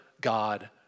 God